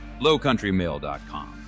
lowcountrymail.com